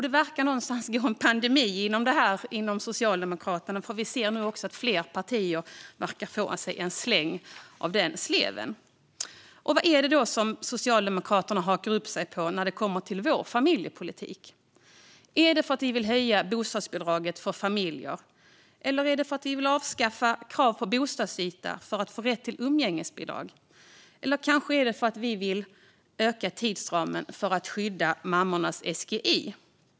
Det verkar gå en pandemi inom Socialdemokraterna när det gäller det här, för vi ser nu att fler partier verkar få sig en släng av den sleven. Vad är det då Socialdemokraterna hakar upp sig på när det gäller vår familjepolitik? Är det att vi vill höja bostadsbidraget för familjer, eller är det att vi vill avskaffa kravet på bostadsyta för få rätt till umgängesbidrag? Är det kanske att vi vill öka tidsramen för att skydda mammornas SGI?